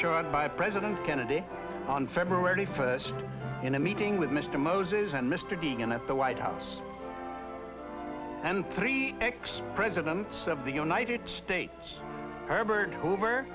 d by president kennedy on february first in a meeting with mr moses and mr dean at the white house and three x presidents of the united states herbert hoover